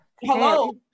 hello